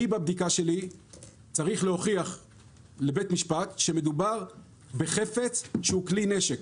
אני בבדיקה שלי צריך להוכיח לבית משפט שמדובר בחפץ שהוא כלי נשק.